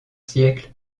siècles